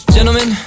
Gentlemen